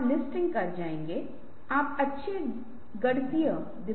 दूसरी स्वतंत्र इच्छा का स्वागत है